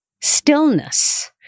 stillness